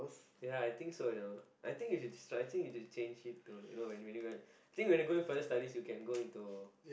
ya I think so you know I think you I think you should change it to you know when you going when you go to further studies you can go into